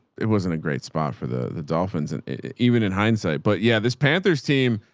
it wasn't a great spot for the dolphins. and even in hindsight, but yeah, this panthers team,